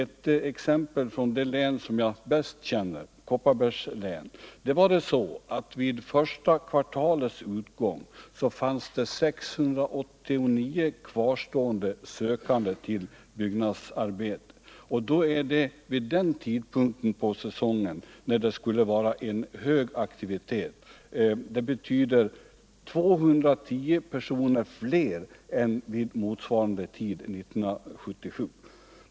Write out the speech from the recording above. I det län som jag bäst känner, Kopparbergs län, fanns vid första kvartalets utgång 689 kvarstående sökande till byggnadsarbete, och det var vid den tidpunkt på säsongen då det skulle vara en hög aktivitet. Det betyder 210 personer fler än vid motsvarande tidpunkt 1977.